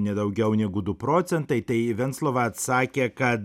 ne daugiau negu du procentai tai venclova atsakė kad